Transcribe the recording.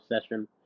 session